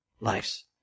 lives